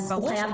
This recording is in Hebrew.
הוא חייב לדווח.